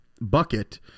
Bucket